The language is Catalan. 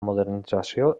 modernització